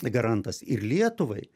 garantas ir lietuvai